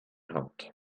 haupt